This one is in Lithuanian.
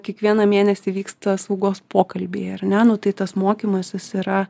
kiekvieną mėnesį vyksta saugos pokalbiai ar ne nu tai tas mokymasis yra